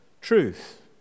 truth